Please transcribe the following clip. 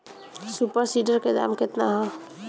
Super seeder के दाम केतना ह?